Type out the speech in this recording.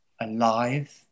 alive